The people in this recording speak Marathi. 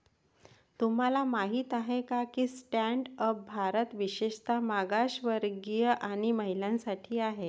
तुम्हाला माहित आहे का की स्टँड अप भारत विशेषतः मागासवर्गीय आणि महिलांसाठी आहे